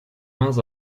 mains